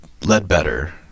Ledbetter